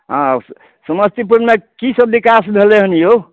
हँ आब समस्तीपुरमे की सब बिकास भेलय हन यौ